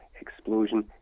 explosion